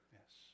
yes